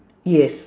yes